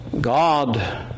God